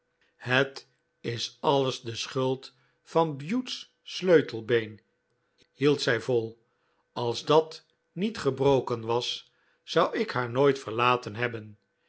het is alles de schuld van bute's sleutelbeen hield zij vol als dat niet gebroken was zou ik haar nooit verlaten hebben